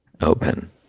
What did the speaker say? open